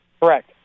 Correct